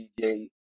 DJ